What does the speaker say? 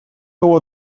było